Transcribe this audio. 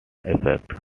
effects